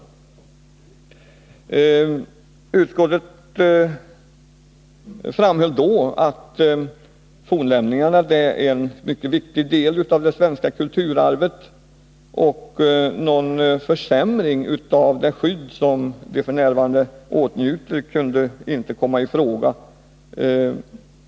Utskottet framhöll då att fornlämningarna är en mycket viktig del av det svenska kulturarvet och att någon försämring av det skydd som de f.n. åtnjuter inte kan komma i fråga.